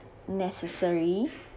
necessary